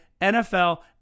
NFL